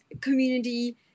community